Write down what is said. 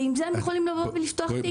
ועם זה הם יכולים לבוא ולפתוח תיק.